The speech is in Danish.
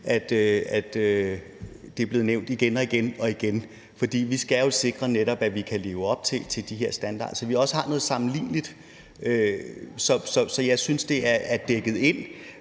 at det er blevet nævnt igen og igen. For vi skal jo netop sikre, at vi kan leve op til de her standarder, så vi også har noget sammenligneligt. Så jeg synes, det er dækket ind.